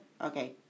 Okay